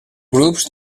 grups